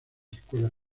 escuelas